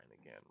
again